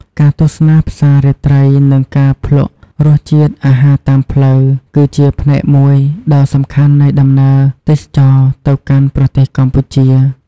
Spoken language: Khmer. ការទស្សនាផ្សាររាត្រី និងការភ្លក្សរសជាតិអាហារតាមផ្លូវ គឺជាផ្នែកមួយដ៏សំខាន់នៃដំណើរទេសចរណ៍ទៅកាន់ប្រទេសកម្ពុជា។